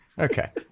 Okay